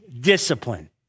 discipline